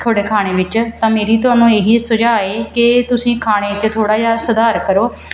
ਤੁਹਾਡੇ ਖਾਣੇ ਵਿੱਚ ਤਾਂ ਮੇਰੀ ਤੁਹਾਨੂੰ ਇਹੀ ਸੁਝਾਅ ਏ ਕਿ ਤੁਸੀਂ ਖਾਣੇ 'ਚ ਥੋੜ੍ਹਾ ਜਿਹਾ ਸੁਧਾਰ ਕਰੋ